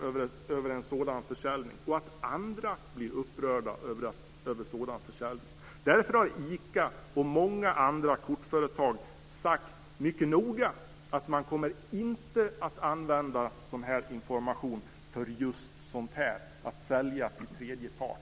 ICA vet att jag och andra skulle bli upprörda över en sådan försäljning, och därför har ICA och många andra kortföretag mycket noga uttalat att de inte kommer att använda sådan här information för försäljning till tredje part.